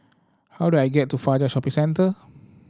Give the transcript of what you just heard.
how do I get to Fajar Shopping Centre